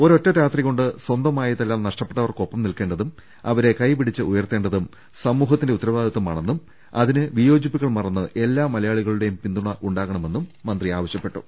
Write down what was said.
ഒരൊറ്റ രാത്രി കൊണ്ട് സ്വന്തമായതെല്ലാം നഷ്ടപ്പെട്ടവർക്കൊപ്പം നിൽക്കേണ്ടതും അവരെ കൈപിടിച്ചുയർത്തേണ്ടതും സമൂഹത്തിന്റെ ഉത്തരവാദിത്വമാണെ ന്നും അതിന് വിയോജിപ്പുകൾ മറന്ന് എല്ലാ മലയാളികളുടെയും പിന്തുണ ഉണ്ടാകണമെന്നും മന്ത്രി പറഞ്ഞു